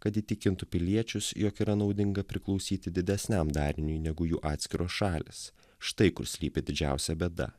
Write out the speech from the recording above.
kad įtikintų piliečius jog yra naudinga priklausyti didesniam dariniui negu jų atskiros šalys štai kur slypi didžiausia bėda